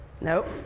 Nope